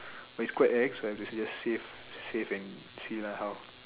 but it's quite ex so I have to just save save and see lah how